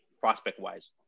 prospect-wise